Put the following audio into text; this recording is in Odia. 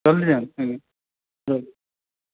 ଜଲଦି ଯାନ୍ତୁ ଆଜ୍ଞା